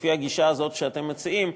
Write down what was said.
לפי הגישה הזאת שאתם מציעים,